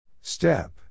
Step